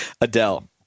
Adele